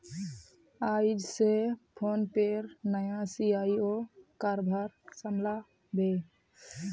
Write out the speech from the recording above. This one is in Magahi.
आइज स फोनपेर नया सी.ई.ओ कारभार संभला बे